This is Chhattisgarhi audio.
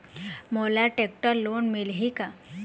मोला टेक्टर लोन मिलही का?